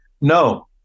No